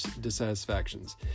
dissatisfactions